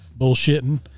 bullshitting